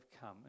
come